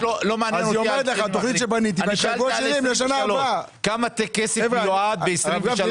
הרב גפני,